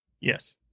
Yes